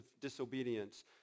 disobedience